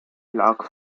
lag